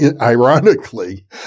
ironically